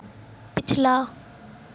पिछला